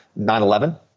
9-11